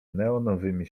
neonowymi